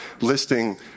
listing